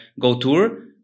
GoTour